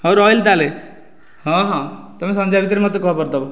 ହେଉ ରହିଲି ତା'ହେଲେ ହଁ ହଁ ତୁମେ ସନ୍ଧ୍ୟା ଭିତରେ ମୋତେ ଖବର ଦେବ